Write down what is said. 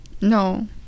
no